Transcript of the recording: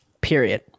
Period